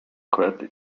quietly